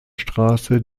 straße